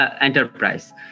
enterprise